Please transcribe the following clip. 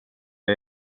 jag